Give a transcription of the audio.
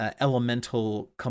elemental